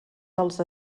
dels